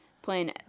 Playing